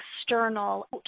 external